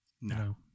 No